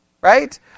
Right